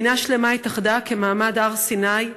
מדינה שלמה התאחדה כבמעמד הר-סיני,